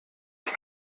ich